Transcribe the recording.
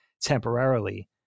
temporarily